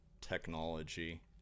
technology